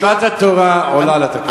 מצוות התורה עולה על התקנון.